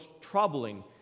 troubling